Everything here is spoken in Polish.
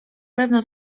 pewno